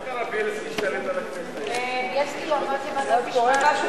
ההצעה להעביר את הצעת חוק נגישות לדיווח על נהיגה מסוכנת בחברות,